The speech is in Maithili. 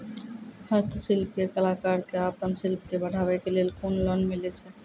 हस्तशिल्प के कलाकार कऽ आपन शिल्प के बढ़ावे के लेल कुन लोन मिलै छै?